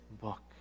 book